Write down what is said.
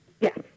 Yes